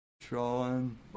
Trolling